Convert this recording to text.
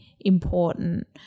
important